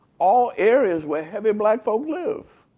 all areas where heavy black folk live.